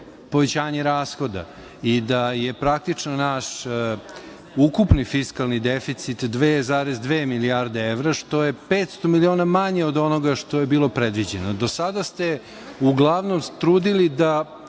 povećanje rashoda i da je praktično naš ukupni fiskalni deficit 2,2 milijarde evra, što je 500 miliona manje od onoga što je bilo predviđeno. Do sada ste se uglavnom trudili,